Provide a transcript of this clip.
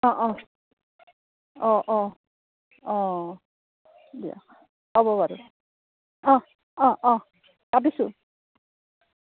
অঁ অঁ অঁ অঁ অঁ দিয়া হ'ব বাৰু অঁ অঁ অঁ